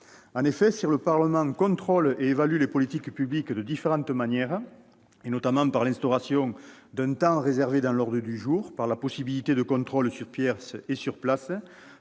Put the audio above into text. En effet, si le Parlement contrôle et évalue les politiques publiques de différentes manières, grâce notamment à l'instauration d'un espace réservé dans l'ordre du jour, à la possibilité de procéder à des contrôles « sur pièces et sur place